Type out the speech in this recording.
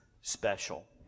special